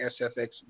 SFX